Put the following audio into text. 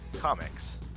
Comics